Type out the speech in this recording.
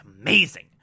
amazing